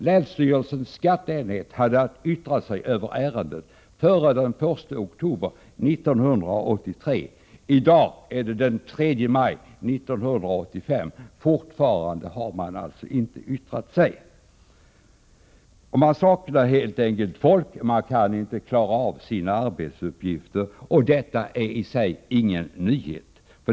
Länsstyrelsens skatteenhet hade att yttra sig över ärendet före den 1 oktober 1983. I dag är det den 3 maj 1985. Fortfarande har man inte yttrat sig. Det saknas folk och man kan inte klara av sina arbetsuppgifter, och detta är i sig ingen nyhet.